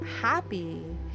happy